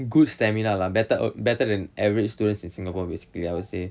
good stamina lah better better than average students in singapore basically I would say